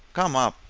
come up!